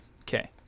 Okay